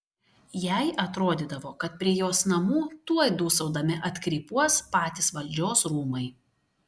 jai atrodydavo kad prie jos namų tuoj dūsaudami atkrypuos patys valdžios rūmai